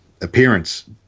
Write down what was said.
appearance